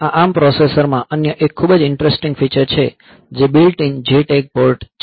આ ARM પ્રોસેસરમાં અન્ય એક ખૂબ જ ઈંટરેસ્ટિંગ ફીચર છે જે બિલ્ટ ઇન JTAG પોર્ટ છે